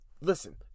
Listen